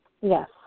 Yes